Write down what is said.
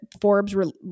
Forbes